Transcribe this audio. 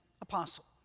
apostle